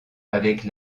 avec